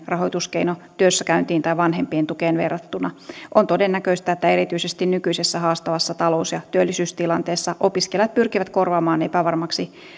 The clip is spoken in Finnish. rahoituskeino työssäkäyntiin tai vanhempien tukeen verrattuna on todennäköistä että erityisesti nykyisessä haastavassa talous ja työllisyystilanteessa opiskelijat pyrkivät korvaamaan epävarmaksi